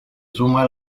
suma